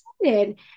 excited